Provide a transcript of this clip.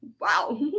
wow